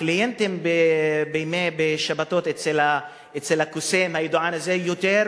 הקליינטים בשבתות, אצל הקוסם, הידוען הזה, יותר